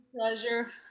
Pleasure